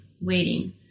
waiting